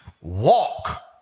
Walk